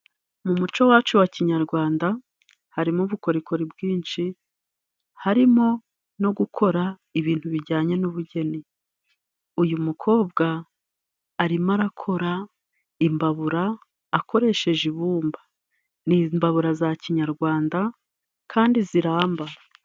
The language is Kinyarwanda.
Mu muco wacu wa kinyarwanda harimo ubukorikori bwinshi, harimo no gukora ibintu bijyanye n'ubugeni. Uyu mukobwa arimo arakora imbabura akoresheje ibumba, ni imbabura za kinyarwanda kandi ziramba.